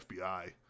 FBI